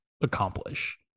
accomplish